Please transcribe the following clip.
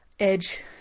edge